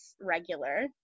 regular